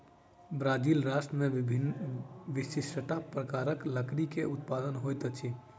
Brazil राष्ट्र में विशिष्ठ प्रकारक लकड़ी के उत्पादन होइत अछि